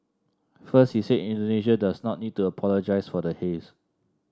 first he said Indonesia does not need to apologise for the haze